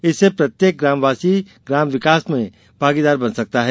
इनसे प्रत्येक ग्रामवासी ग्राम विकास में भागीदार बन सकता है